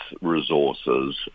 resources